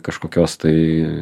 kažkokios tai